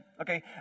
Okay